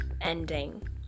ending